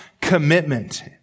commitment